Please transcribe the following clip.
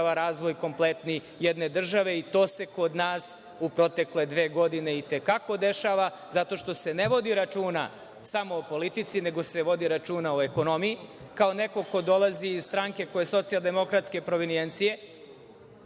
razvoj kompletni jedne države, i to se kod nas u protekle dve godine i te kako dešava, zato što se ne vodi računa samo o politici, nego se vodi računa o ekonomiji. Kao neko ko dolazi iz stranke koja je socijaldemokratske provinijencije,